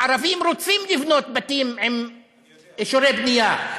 הערבים רוצים לבנות בתים עם אישורי בנייה.